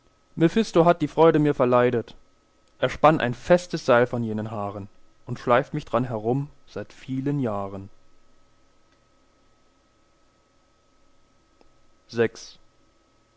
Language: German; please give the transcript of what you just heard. hat die freude mir verleidet er spann ein festes seil von jenen haaren und schleift mich dran herum seit vielen jahren